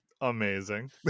Amazing